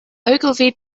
ogilvy